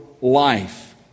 life